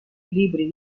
libri